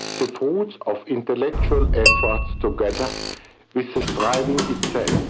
the fruits of intellectual efforts, together with the striving itself,